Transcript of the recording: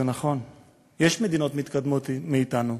זה נכון, יש מדינות מתקדמות מאתנו,